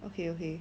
okay okay